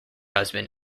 husband